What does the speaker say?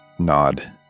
nod